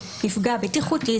מפגע בטיחותי,